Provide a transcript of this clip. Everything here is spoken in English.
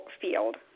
field